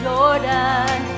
Jordan